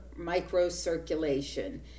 microcirculation